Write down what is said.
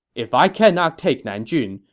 if i cannot take nanjun,